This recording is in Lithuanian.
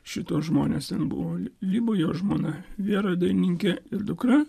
šituos žmones ten buvo libo jo žmona vera dainininkė ir dukra